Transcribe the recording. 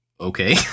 Okay